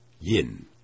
Yin